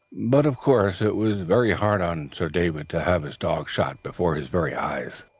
but of course it was very hard on sir david to have his dog shot before his very eyes.